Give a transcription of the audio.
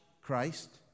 Christ